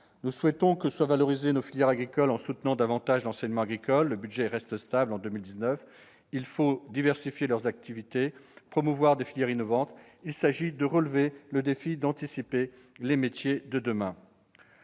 Nous souhaitons que soient valorisées nos filières agricoles en soutenant davantage l'enseignement agricole. Le budget restera stable en 2019. Il faut diversifier leurs activités, promouvoir les filières innovantes. Il s'agit de relever le défi et d'anticiper les métiers de demain.